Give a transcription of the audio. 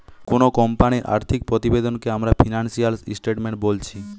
কুনো কোম্পানির আর্থিক প্রতিবেদনকে আমরা ফিনান্সিয়াল স্টেটমেন্ট বোলছি